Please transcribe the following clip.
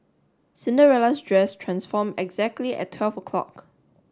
Cinderella's dress transformed exactly at twelve o'clock